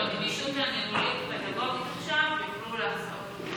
עם הגמישות הניהולית הפדגוגית עכשיו הם יוכלו לעשות יותר.